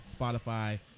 Spotify